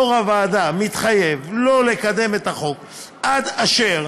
יו"ר הוועדה מתחייב שלא לקדם את הצעת החוק עד אשר